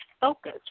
focus